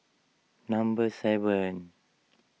number seven